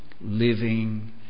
living